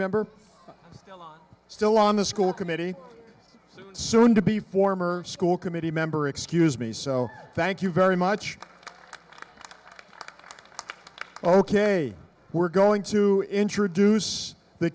member still on the school committee soon to be former school committee member excuse me so thank you very much ok we're going to introduce the